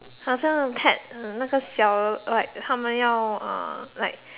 好像那种 pack 的那个小 like 豪美唷 uh like